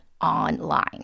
online